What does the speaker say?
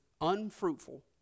unfruitful